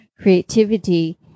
creativity